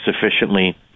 sufficiently